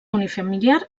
unifamiliar